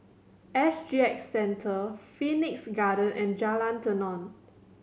S G X Centre Phoenix Garden and Jalan Tenon